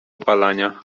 opalania